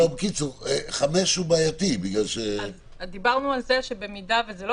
אבל הכי משמעותי זה שאתה אומר,